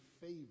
favor